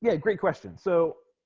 yeah great question so